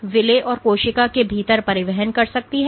यह विलेय और कोशिका के भीतर परिवहन कर सकता है